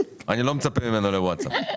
אני לא מצפה ממנו לוואטסאפ.